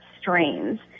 strains